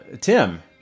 tim